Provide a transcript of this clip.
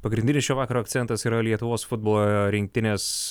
pagrindinis šio vakaro akcentas yra lietuvos futbolo rinktinės